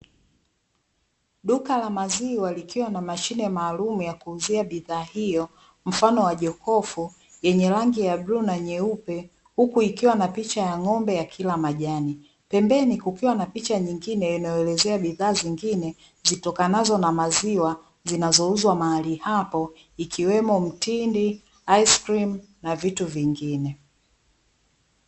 Duka la maziwa likiwa na mashine maalumu ya kuuzia bidhaa hiyo mfano wa jokofu yenye rangi ya bluu na nyeupe huku ikiwa na picha ya ng'ombe akila majani. Pembeni kukiwa na picha nyingine inayoelezea bidhaa zingine zitokanazo na maziwa zinazouzwa mahali hapo ikiwamo mtindi, aisicreem na vitu vingine.